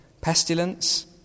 pestilence